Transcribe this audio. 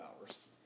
hours